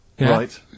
Right